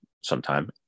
sometime